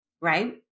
right